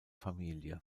familie